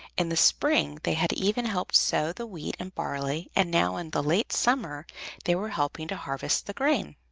in the spring they had even helped sow the wheat and barley, and now in the late summer they were helping to harvest the grain.